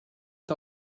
que